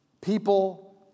People